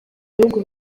bihugu